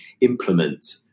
implement